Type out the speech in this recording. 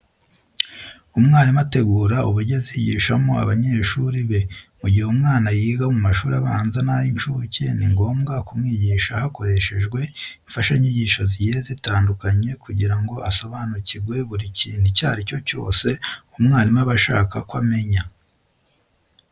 Umwarimu ategura uburyo azigishamo abanyeshuri be. Mu gihe umwana yiga mu mashuri abanza n'ay'incuke, ni ngombwa kumwigisha hakoreshejwe imfashanyigisho zigiye zitandukanye kugira ngo asobanukirwe buri kintu icyo ari cyo cyose umwarimu aba ashaka ko amenya.